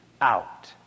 out